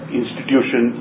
institution